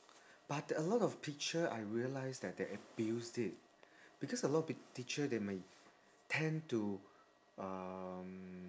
but a lot of teacher I realised that they abused it because a lot of teacher they may tend to um